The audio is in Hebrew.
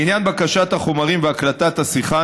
לעניין בקשת החומרים והקלטת השיחה,